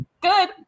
good